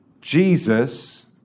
Jesus